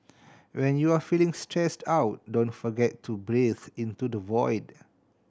when you are feeling stressed out don't forget to breathe into the void